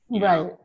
Right